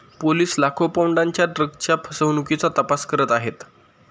police लाखो पौंडांच्या ड्रग्जच्या फसवणुकीचा तपास करत आहेत